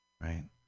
right